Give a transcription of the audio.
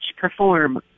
perform